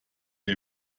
ihr